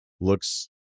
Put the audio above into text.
looks